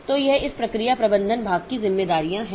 तो यह इस प्रक्रिया प्रबंधन भाग की जिम्मेदारियां हैं